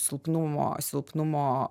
silpnumo silpnumo